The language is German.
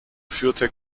führte